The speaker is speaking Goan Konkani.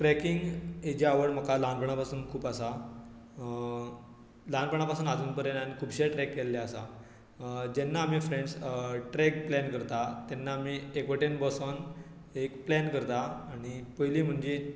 ट्रॅकींग हाजी आवड म्हाका ल्हानपणा पासून खूप आसा ल्हानपणा पासून आजून पर्यन हांवें खुबशे ट्रॅक केल्ले आसा जेन्ना आमी फ्रँड्स ट्रॅक प्लॅन करता तेन्ना आमी एक वटेन बसून एक प्लॅन करता आनी पयली म्हणजे